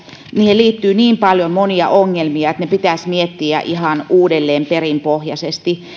liittyy niin paljon monia ongelmia että ne pitäisi miettiä ihan uudelleen perinpohjaisesti